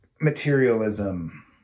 materialism